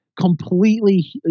completely